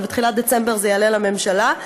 ובתחילת דצמבר זה יעלה לממשלה.